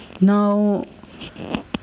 now